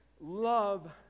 love